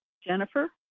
Jennifer